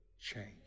change